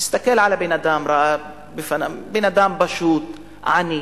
הסתכל על הבן-אדם, ראה בן-אדם פשוט, עני,